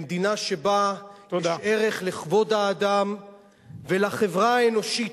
למדינה שבה יש ערך לכבוד האדם ולחברה האנושית